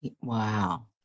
Wow